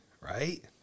right